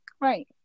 Right